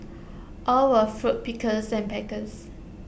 all were fruit pickers and packers